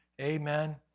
amen